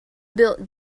built